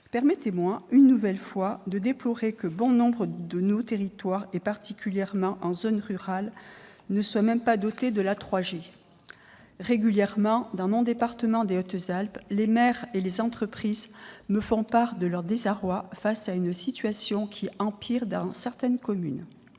permettez-moi une nouvelle fois de déplorer que bon nombre de territoires, particulièrement en zone rurale, ne soient même pas dotés de la 3G ! Dans mon département des Hautes-Alpes, les maires et les entreprises me font régulièrement part de leur désarroi face à une situation qui empire dans certaines communes.